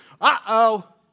Uh-oh